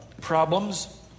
problems